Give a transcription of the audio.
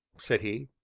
said he.